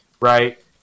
right